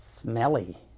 smelly